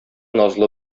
назлы